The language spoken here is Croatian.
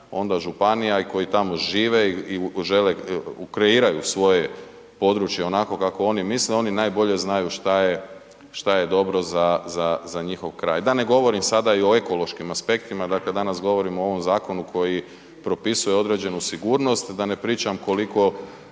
onda županija i koji tamo žive i žele, kreiraju svoje područje onako kako oni misle, oni najbolje znaju šta je, šta je dobro, za, za, za njihov kraj. Da ne govorim sada i o ekološkim aspektima, dakle danas govorimo o ovom zakonu koji propisuje određenu sigurnost, da ne pričam koliko